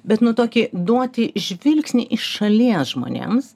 bet nu tokį duoti žvilgsnį iš šalies žmonėms